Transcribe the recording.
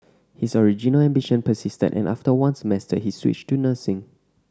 his original ambition persisted and after one semester he switched to nursing